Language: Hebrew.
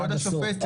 כבוד השופט,